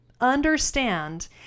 understand